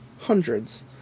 hundreds